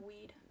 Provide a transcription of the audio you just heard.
weed